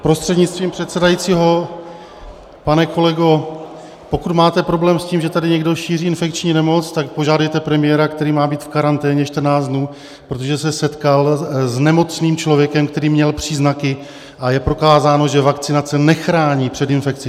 Prostřednictvím předsedajícího pane kolego, pokud máte problém s tím, že tady někdo šíří infekční nemoc, tak požádejte premiéra, který má být v karanténě čtrnáct dnů, protože se setkal s nemocným člověkem, který měl příznaky, a je prokázáno, že vakcinace nechrání před infekcí.